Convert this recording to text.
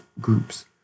groups